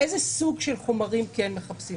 איזה סוג של חומרים מחפשים?